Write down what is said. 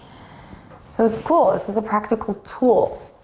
so it's cool, this is a practical tool.